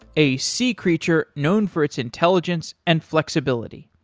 a sea creature known for its intelligence and flexibility.